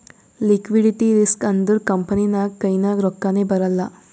liquidity risk ಅಂದುರ್ company ನಾಗ್ ಕೈನಾಗ್ ರೊಕ್ಕಾನೇ ಬರಲ್ಲ